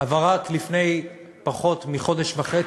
אבל רק לפני פחות מחודש וחצי,